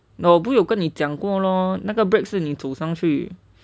but 我不是有跟你讲过咯那个 break 不是你走上去